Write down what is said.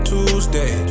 Tuesday